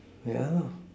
ya lah